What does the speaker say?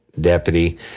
Deputy